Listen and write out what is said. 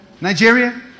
Nigeria